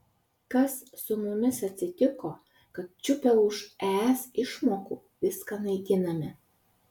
kas su mumis atsitiko kad čiupę už es išmokų viską naikiname